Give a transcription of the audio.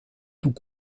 tout